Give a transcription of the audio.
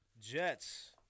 Jets